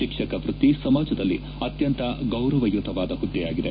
ಶಿಕ್ಷಕ ವೃತ್ತಿ ಸಮಾಜದಲ್ಲಿ ಅತ್ಯಂತ ಗೌರವಯುತವಾದ ಹುದ್ದೆಯಾಗಿದೆ